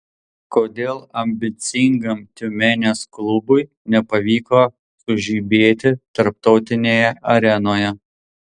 kodėl ambicingam tiumenės klubui nepavyko sužibėti tarptautinėje arenoje